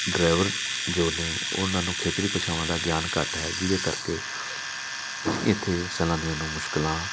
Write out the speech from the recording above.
driver ਜੋ ਨੇ ਉਹਨਾਂ ਨੂੰ ਖੇਤਰੀ ਭਾਸ਼ਾਵਾਂ ਦਾ ਗਿਆਨ ਘੱਟ ਹੈ ਜਿਹਦੇ ਕਰਕੇ ਇੱਥੇ ਸੈਲਾਨੀਆਂ ਨੂੰ ਮੁਸ਼ਕਿਲਾਂ